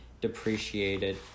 depreciated